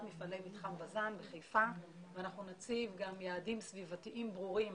מפעלי מתחם בז"ן בחיפה ואנחנו נציב גם יעדים סביבתיים ברורים